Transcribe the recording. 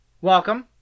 Welcome